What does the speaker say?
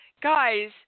Guys